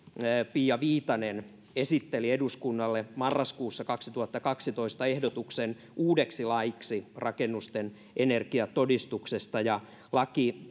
pia viitanen esitteli eduskunnalle marraskuussa kaksituhattakaksitoista ehdotuksen uudeksi laiksi rakennusten energiatodistuksesta ja laki